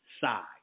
side